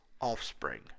offspring